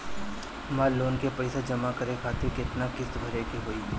हमर लोन के पइसा जमा करे खातिर केतना किस्त भरे के होई?